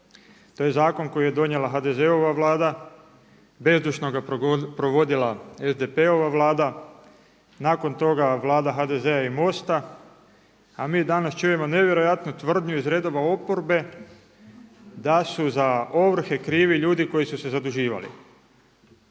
To je zakon koji je donijela HDZ-ova Vlada, bezdušno ga provodila SDP-ova, nakon toga Vlada HDZ-a i MOST-a a mi danas čujemo nevjerojatnu tvrdnju iz redova oporbe da su za ovrhe krivi ljudi koji su se zaduživali.